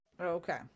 okay